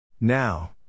Now